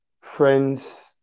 Friends